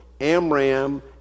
Amram